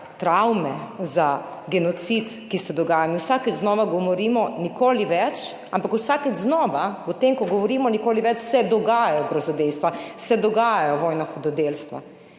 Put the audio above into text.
travme, za genocid, ki se dogaja. Mi vsakič znova govorimo, nikoli več, ampak vsakič znova, v tem, ko govorimo nikoli več, se dogajajo grozodejstva, se dogajajo vojna hudodelstva